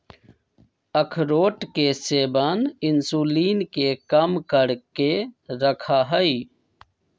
अखरोट के सेवन इंसुलिन के कम करके रखा हई